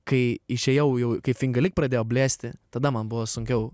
kai išėjau jau kai finga lik pradėjo blėsti tada man buvo sunkiau